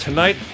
Tonight